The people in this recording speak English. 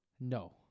no